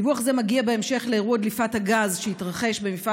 דיווח זה מגיע בהמשך לאירוע דליפת הגז שהתרחש במפעל